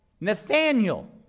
Nathaniel